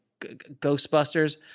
Ghostbusters